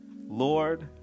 Lord